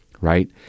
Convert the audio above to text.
right